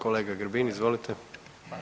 Kolega Grbin, izvolite.